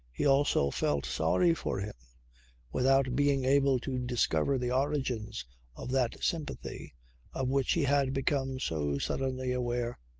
he also felt sorry for him without being able to discover the origins of that sympathy of which he had become so suddenly aware.